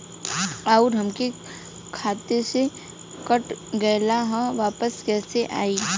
आऊर हमरे खाते से कट गैल ह वापस कैसे आई?